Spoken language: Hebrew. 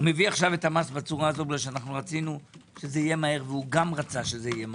מביא את המס כך כי רצינו שיהיה מהר וגם הוא רצה שיהיה מהר.